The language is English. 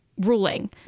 ruling